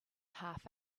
half